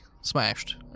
smashed